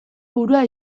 burua